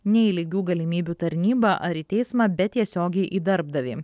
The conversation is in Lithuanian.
ne į lygių galimybių tarnybą ar į teismą bet tiesiogiai į darbdavį